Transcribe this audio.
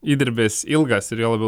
įdirbis ilgas ir juo labiau